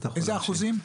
איזה אחוזים?